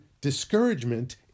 discouragement